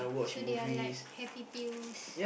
so they're like happy pills